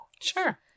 Sure